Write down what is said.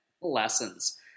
lessons